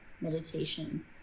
meditation